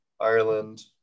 Ireland